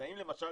אז האם למשל